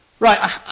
Right